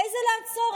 איזה לעצור?